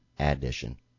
Addition